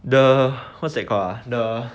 the what's that called ah the